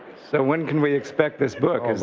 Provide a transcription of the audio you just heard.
so when can we expect this book?